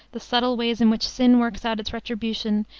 the subtle ways in which sin works out its retribution,